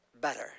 better